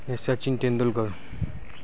ને સચિન તેંડુલકર